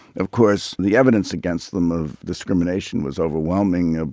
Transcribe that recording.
of course the evidence against them of discrimination was overwhelming. ah